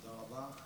תודה רבה.